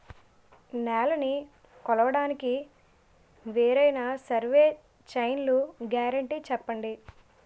నేలనీ కొలవడానికి వేరైన సర్వే చైన్లు గ్యారంటీ చెప్పండి?